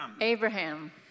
Abraham